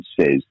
says